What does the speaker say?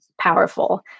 powerful